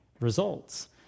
results